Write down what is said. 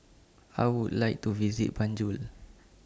I Would like to visit Banjul